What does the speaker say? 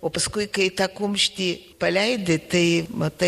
o paskui kai tą kumštį paleidi tai matai